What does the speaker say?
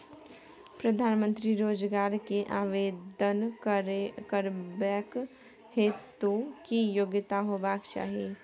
प्रधानमंत्री रोजगार के आवेदन करबैक हेतु की योग्यता होबाक चाही?